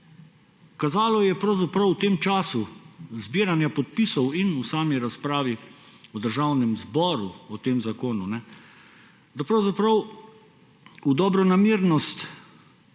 pravzaprav v tem času zbiranja podpisov in v sami razpravi v Državnem zboru o tem zakonu, da pravzaprav v dobronamernost